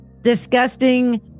disgusting